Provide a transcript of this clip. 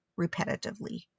repetitively